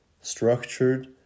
structured